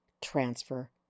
transfer